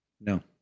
No